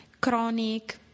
chronic